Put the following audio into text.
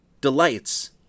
delights